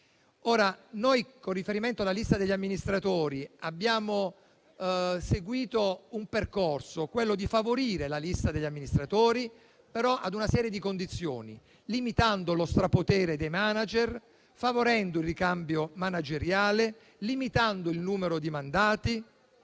Con riferimento alla lista degli amministratori noi abbiamo seguito un percorso, quello di favorire la lista degli amministratori, però ad una serie di condizioni: limitando lo strapotere dei *manager*, favorendo il ricambio manageriale, limitando il numero di mandati